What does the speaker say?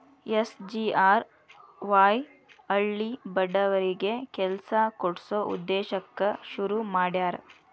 SGRY ಹಳ್ಳಿ ಬಡವರಿಗಿ ಕೆಲ್ಸ ಕೊಡ್ಸ ಉದ್ದೇಶಕ್ಕ ಶುರು ಮಾಡ್ಯಾರ